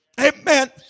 amen